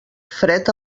fred